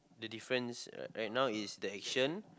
the difference right now is the action